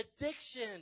addiction